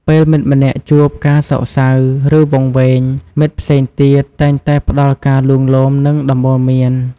ពេលមិត្តម្នាក់ជួបការសោកសៅ ឬវង្វេង មិត្តផ្សេងទៀតតែងតែផ្តល់ការលួងលោម និងដំបូន្មាន។